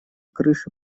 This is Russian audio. крыше